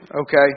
okay